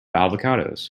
avocados